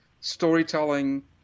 storytelling